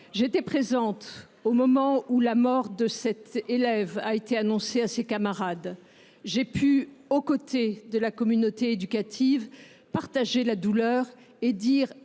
J’étais présente au moment où la mort de cet élève a été annoncée à ses camarades. J’ai pu, aux côtés de la communauté éducative, partager leur douleur et dire